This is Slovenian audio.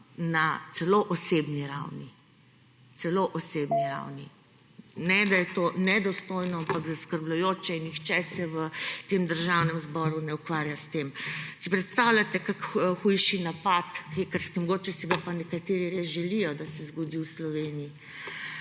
na celo osebni ravni. Ne da je to nedostojno, ampak zaskrbljujoče, nihče se v tem državnem zboru ne ukvarja s tem. Si predstavljate hujši napad hekerski, mogoče si ga pa nekateri res želijo, da se zgodi v Sloveniji